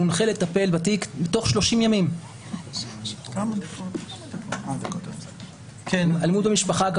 אני מדבר על אלימות במשפחה.